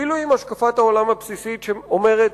אפילו עם השקפת העולם הבסיסית שאומרת: